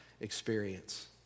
experience